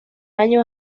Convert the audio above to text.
año